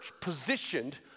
positioned